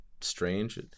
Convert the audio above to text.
strange